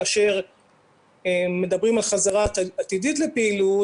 כאשר מדברים על חזרה עתידית לפעילות,